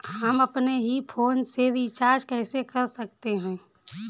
हम अपने ही फोन से रिचार्ज कैसे कर सकते हैं?